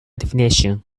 definition